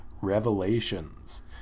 Revelations